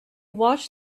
watched